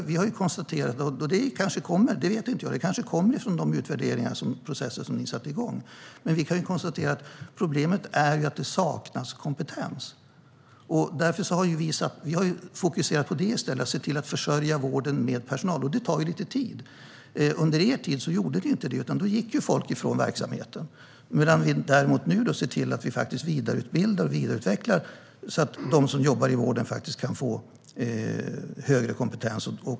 Jag vet inte - kanske kommer detta från de utredningar och de processer som ni satte igång. Vi kan dock konstatera att problemet är att det saknas kompetens. Vi har fokuserat på detta i stället: att se till att försörja vården med personal. Det tar lite tid. Under er tid gjordes inte detta, utan då gick folk från verksamheten. Nu ser vi däremot till att faktiskt vidareutbilda och vidareutveckla så att de som jobbar i vården kan få högre kompetens.